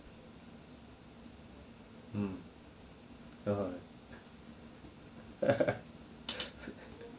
hmm god